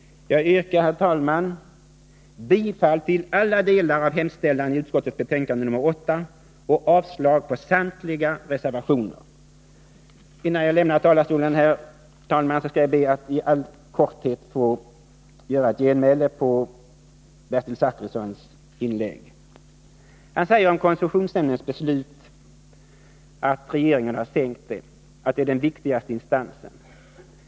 Jag yrkar, herr talman, bifall till alla delar av hemställan i utskottets betänkande 8 och avslag på samtliga reservationer. Innan jag lämnar talarstolen skall jag, herr talman, be att i all korthet få göra ett genmäle på Bertil Zachrissons inlägg. Bertil Zachrisson sade att regeringen har sänkt koncessionsnämndens beslut, trots att nämnden är den viktigaste instansen.